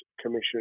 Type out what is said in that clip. Commission